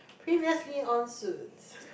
previously on suits